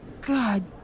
God